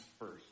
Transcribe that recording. first